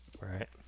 Right